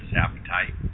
appetite